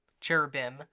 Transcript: cherubim